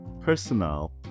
personal